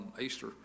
Easter